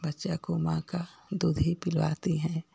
बच्चा को माँ का दूध ही पिलवाती हैं